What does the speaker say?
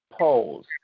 polls